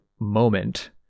moment